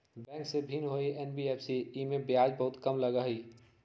Bank से भिन्न हई एन.बी.एफ.सी इमे ब्याज बहुत ज्यादा लगहई?